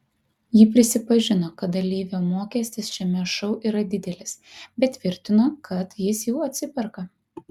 ji prisipažino kad dalyvio mokestis šiame šou yra didelis bet tvirtino kad jis jau atsiperka